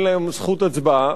אין להם זכות הצבעה,